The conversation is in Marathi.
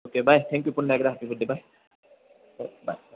ओके बाय थँक्यू पुन्हा एकदा happy birthday bye bye bye